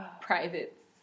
privates